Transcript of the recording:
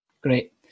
Great